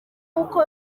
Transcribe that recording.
uko